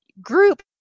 group